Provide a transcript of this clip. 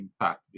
impact